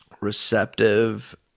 receptive